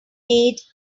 need